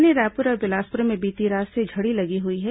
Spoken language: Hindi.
राजधानी रायपुर और बिलासपुर में बीती रात से झड़ी लगी हुई है